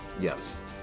Yes